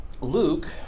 Luke